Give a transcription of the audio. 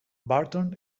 barton